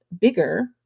bigger